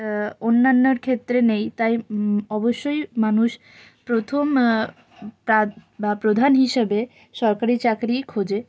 অন্যান্যর ক্ষেত্রে নেই তাই অবশ্যই মানুষ প্রথম বা প্রধান হিসেবে সরকারি চাকরিই খোঁজে